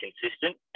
consistent